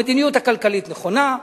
המדיניות הכלכלית נכונה,